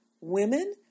women